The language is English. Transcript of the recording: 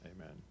Amen